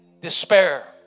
Despair